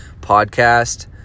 podcast